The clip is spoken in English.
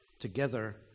together